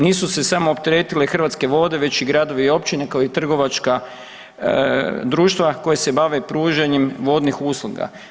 Nisu se samo opteretile Hrvatske vode već i gradovi i općine, kao i trgovačka društva koja se bave pružanjem vodnih usluga.